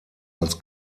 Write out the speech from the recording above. als